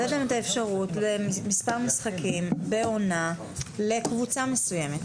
לתת להם אפשרות למספר משחקים בעונה לקבוצה מסוימת.